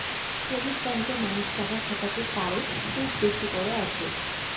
credit ব্যাঙ্কে মানুষ টাকা খাটাতে পারে, সুদ বেশি করে আসে